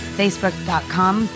facebook.com